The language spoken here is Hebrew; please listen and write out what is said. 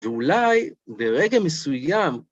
ואולי, ברגע מסוים...